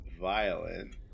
violent